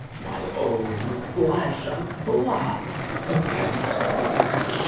my own flesh and blood against me!